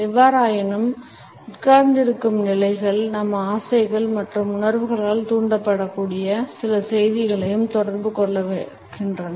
எவ்வாறாயினும் உட்கார்ந்திருக்கும் நிலைகள் நம் ஆசைகள் மற்றும் உணர்வுகளால் தூண்டப்படக்கூடிய சில செய்திகளையும் தொடர்பு கொள்கின்றன